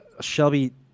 Shelby